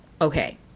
okay